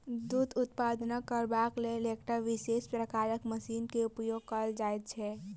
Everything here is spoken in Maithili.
दूध उत्पादन करबाक लेल एकटा विशेष प्रकारक मशीन के उपयोग कयल जाइत छै